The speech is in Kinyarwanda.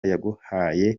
yaguhaye